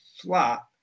flat